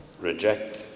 reject